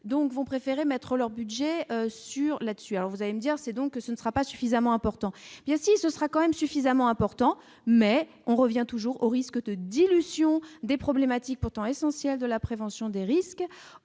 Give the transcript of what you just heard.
vous préférez mettre leur budget sur la dessus, alors vous allez me dire : c'est donc ce ne sera pas suffisamment important, il y a aussi ce sera quand même suffisamment important, mais on revient toujours au risque de dilution des problématiques pourtant essentielle de la prévention des risques